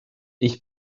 ich